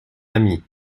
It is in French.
ami